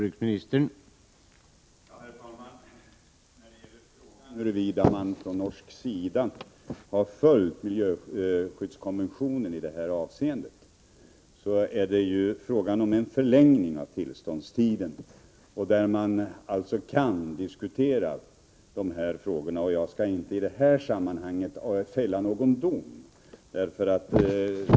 Herr talman! När det gäller huruvida man från norsk sida har följt miljöskyddskonventionen i detta avseende, så är det ju fråga om en förlängning av tillståndstiden. I det sammanhanget kan alltså dessa frågor diskuteras. Jag skall inte nu fälla någon dom.